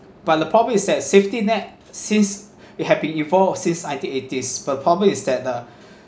but the problem is that safety net since it had been evolved since nineteen eighties but probably is that uh